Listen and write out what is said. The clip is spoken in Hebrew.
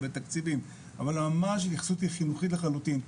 ולתקציבים אבל הרמה של ההתייחסות היא חינוכית לחלוטין .